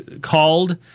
called